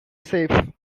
safe